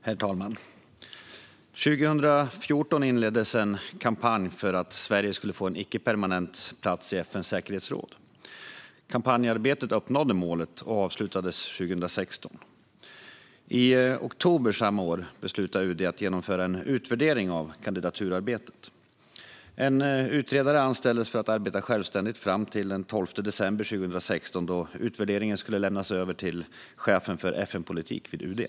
Herr talman! År 2014 inleddes en kampanj för att Sverige skulle få en icke-permanent plats i FN:s säkerhetsråd. Kampanjarbetet uppnådde målet och avslutades 2016. I oktober samma år beslutade UD att genomföra en utvärdering av kandidaturarbetet. En utredare anställdes för att arbeta självständigt fram till den 12 december 2016, då utvärderingen skulle lämnas över till chefen för FN-politik vid UD.